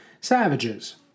savages